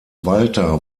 walter